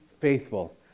faithful